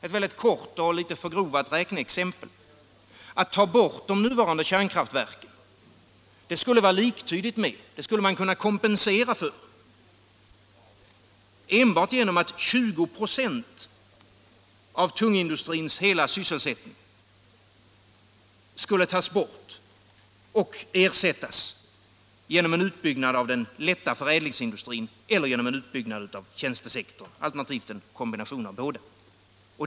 Ett kort och litet förgrovat räkneexempel: Att ta bort de nuvarande kärnkraftverken skulle kunna kompenseras med att 20 96 av tungindustrins hela sysselsättning togs bort och ersattes med en utbyggnad av den lätta för 59 ädlingsindustrin eller en utbyggnad av tjänstesektorn, alternativt en kombination av båda.